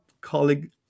colleague